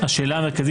אפשר לשאול שאלה כבר?